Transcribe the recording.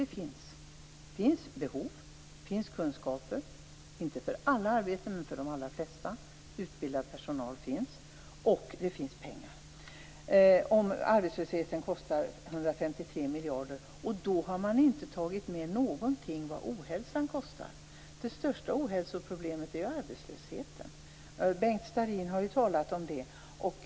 Det finns nämligen behov, och det finns kunskaper, inte för alla arbeten men för de allra flesta. Utbildad personal finns och pengar finns. Arbetslösheten kostar 153 miljarder, och då har man inte tagit med någonting av det som ohälsan kostar. Det största ohälsoproblemet är ju arbetslösheten. Bengt Starrin har talat om detta.